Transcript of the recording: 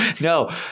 no